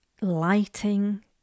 lighting